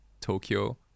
Tokyo